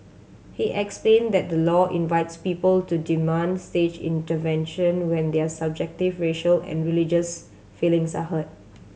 he explained that the law invites people to demand state intervention when their subjective racial and religious feelings are hurt